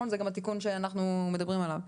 זה גם התיקון שאנחנו מדברים עליו.